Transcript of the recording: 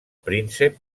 príncep